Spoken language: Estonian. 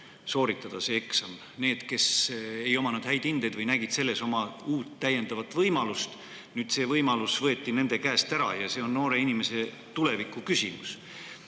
sooritada see sisseastumiskatse. Need, kes ei omanud häid hindeid, nägid selles oma täiendavat võimalust, aga see võimalus võeti nende käest ära. Ja see on noore inimese tuleviku küsimus.